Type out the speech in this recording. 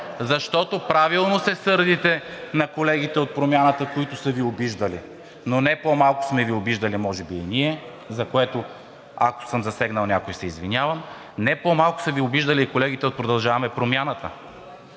защото правилно се сърдите на колегите от Промяната, които са Ви обиждали, но не по-малко сме Ви обиждали може би и ние, за което, ако съм засегнал някого, се извинявам, не по-малко са Ви обиждали и колегите от „Продължаваме Промяната“.